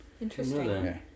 Interesting